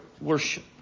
worship